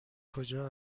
کجا